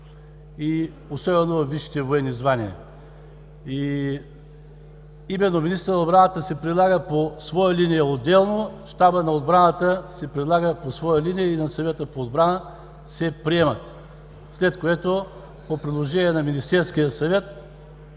и особено във висшите военни звания. Именно министърът на отбраната предлага по своя линия отделно, Щабът на отбраната предлага по своя линия и на Съвета по отбраната се приемат, след което по предложение на Министерския съвет